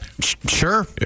sure